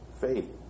faith